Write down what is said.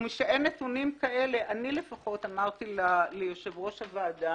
ומשכך אני אמרתי ליושב-ראש הוועדה